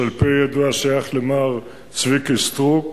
שעל-פי הידוע שייך למר צביקי סטרוק.